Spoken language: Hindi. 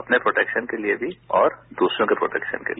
अपने प्रोटैक्शन के लिए भी और दूसरों के प्रोटैक्शन के लिए